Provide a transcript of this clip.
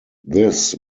this